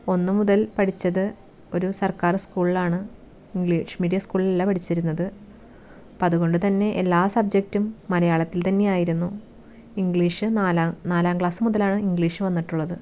ഒന്നു മുതൽ പഠിച്ചത് ഒരു സർക്കാർ സ്കൂളിലാണ് ഇംഗ്ലീഷ് മീഡിയം സ്കൂളിൽ അല്ല പഠിച്ചിരുന്നത് അതുകൊണ്ടു തന്നെ എല്ലാ സബ്ജക്റ്റും മലയാളത്തിൽ തന്നെയായിരുന്നു ഇംഗ്ലീഷ് നാലാം ക്ലാസ്സ് മുതലാണ് ഇംഗ്ലീഷ് വന്നിട്ടുള്ളത്